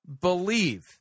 believe